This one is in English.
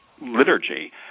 liturgy